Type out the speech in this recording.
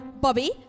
Bobby